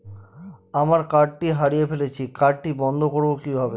আমার কার্ডটি হারিয়ে ফেলেছি কার্ডটি বন্ধ করব কিভাবে?